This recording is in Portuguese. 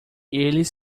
eles